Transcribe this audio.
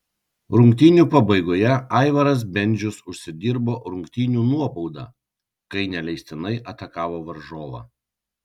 rungtynių pabaigoje aivaras bendžius užsidirbo rungtynių nuobaudą kai neleistinai atakavo varžovą